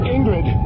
Ingrid